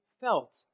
felt